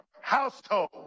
household